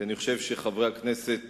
כי אני חושב שחברי הכנסת,